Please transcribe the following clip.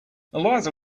eliza